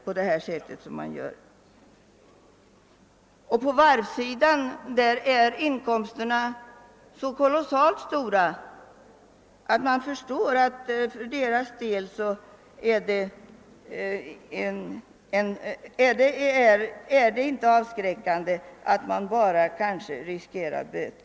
Inom varvsindustrin är inkomsterna för förmedlarna så kolossalt stora att man förstår att det för deras del inte är avskräckande att bara riskera böter för sin verksamhet.